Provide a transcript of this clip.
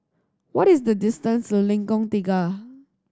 what is the distance to Lengkong Tiga